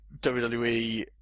WWE